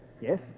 Yes